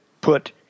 put